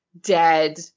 dead